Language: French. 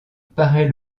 paray